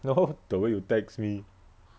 no the way you text me